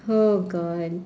oh god